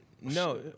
No